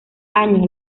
años